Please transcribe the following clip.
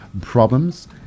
problems